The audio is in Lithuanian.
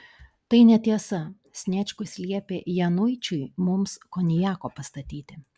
tai netiesa sniečkus liepė januičiui mums konjako pastatyti